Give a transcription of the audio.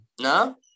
no